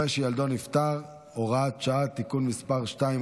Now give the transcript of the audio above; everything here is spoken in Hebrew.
שילדו נפטר) (הוראת שעה) (תיקון מס' 2),